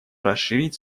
расширить